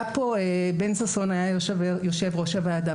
בן ששון היה יושב ראש הוועדה.